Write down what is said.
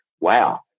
Wow